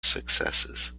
successes